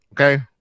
Okay